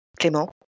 Clément